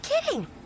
kidding